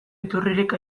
iturririk